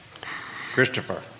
Christopher